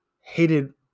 hated